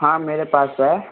हाँ मेरे पास है